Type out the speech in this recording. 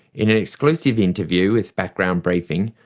in an exclusive interview with background briefing,